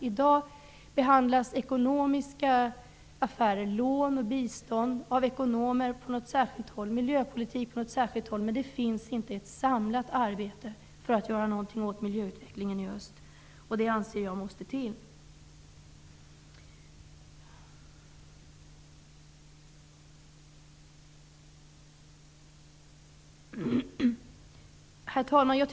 I dag behandlas ekonomiska frågor, såsom lån och bistånd, av ekonomer på ett håll och miljöpolitik av andra på ett annat håll. Men det finns inget samlat arbete för att göra någonting åt miljöutvecklingen i öst. Det anser jag måste komma till stånd.